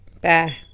Bye